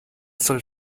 soll